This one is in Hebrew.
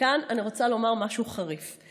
וכאן אני רוצה לומר משהו חריף: